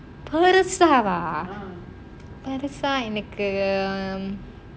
பெரிசாவா பெரிசா எனக்கு:perisaava perisa enakku hmm